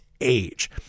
age